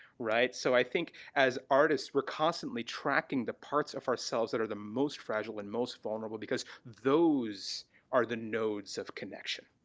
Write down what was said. right? so i think as artists, we're constantly tracking the parts of ourselves that are the most fragile and most vulnerable because those are the nodes of connection,